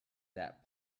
that